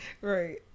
right